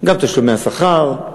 גם תשלומי השכר,